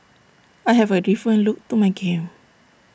I have A different look to my game